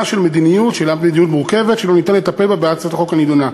של מדיניות מורכבת שלא ניתן לטפל בה בהצעת החוק הנדונה.